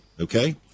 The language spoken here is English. okay